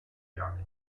jagd